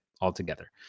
altogether